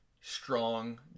strong